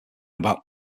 about